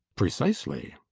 precisely.